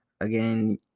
Again